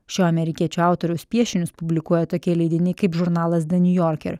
šio amerikiečių autoriaus piešinius publikuoja tokie leidiniai kaip žurnalas de niujorker